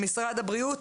למשרד הבריאות,